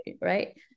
Right